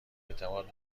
اعتماد